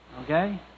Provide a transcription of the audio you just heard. Okay